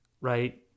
right